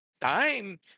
time